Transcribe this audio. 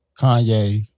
Kanye